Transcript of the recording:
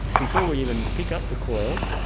before we even pick up the coil,